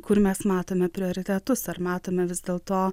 kur mes matome prioritetus ar matome vis dėlto